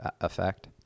effect